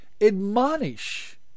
admonish